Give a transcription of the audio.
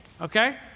okay